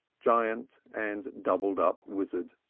giant and doubled-up wizard.